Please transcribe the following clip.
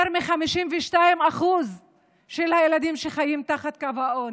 יותר מ-52% מהילדים חיים מתחת לקו העוני,